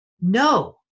no